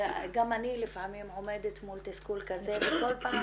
גם אני לפעמים עומדת מול תסכול כזה וכל פעם